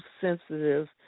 sensitive